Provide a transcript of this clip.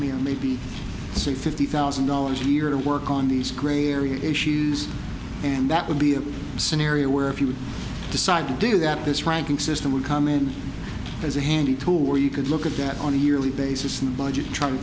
or may be say fifty thousand dollars a year to work on these gray area issues and that would be a scenario where if you would decide to do that this ranking system would come in as a handy tool or you could look at that on a yearly basis and budget try to